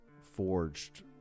forged